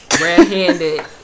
red-handed